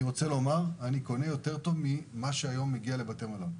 אני קונה יותר טוב ממה שמגיע היום לבתי מלון.